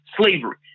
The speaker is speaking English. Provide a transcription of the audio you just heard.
slavery